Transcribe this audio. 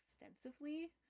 extensively